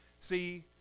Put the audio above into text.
see